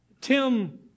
Tim